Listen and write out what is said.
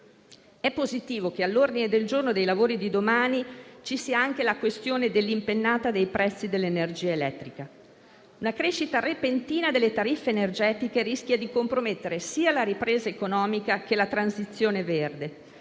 È positivo che all'ordine del giorno dei lavori di domani ci sia anche la questione dell'impennata dei prezzi dell'energia elettrica. La crescita repentina delle tariffe energetiche rischia di compromettere sia la ripresa economica che la transizione verde;